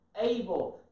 able